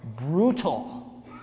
brutal